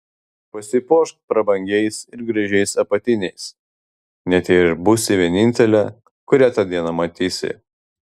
pasipuošk prabangiais ir gražiais apatiniais net jei ir būsi vienintelė kurią tą dieną matysi